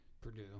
Purdue